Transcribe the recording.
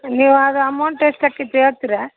ನೀವು ಅದು ಅಮೌಂಟ್ ಎಷ್ಟು ಆಕ್ಯಾತಿ ಹೇಳ್ತೀರಾ